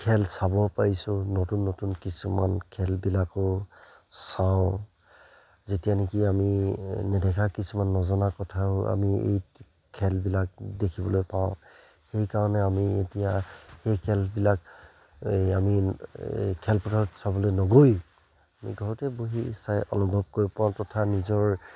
খেল চাব পাৰিছোঁ নতুন নতুন কিছুমান খেলবিলাকো চাওঁ যেতিয়া নেকি আমি নেদেখা কিছুমান নজনা কথাও আমি এই খেলবিলাক দেখিবলৈ পাওঁ সেইকাৰণে আমি এতিয়া সেই খেলবিলাক এই আমি এই খেলপথাৰত চাবলৈ নগৈ আমি ঘৰতে বহি চাই অনুভৱ কৰিব পাৰোঁ তথা নিজৰ